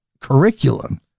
curriculum